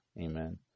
Amen